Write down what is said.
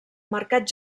mercat